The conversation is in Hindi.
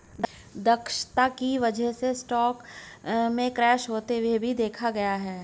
दक्षता की वजह से स्टॉक में क्रैश होते भी देखा गया है